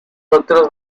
otras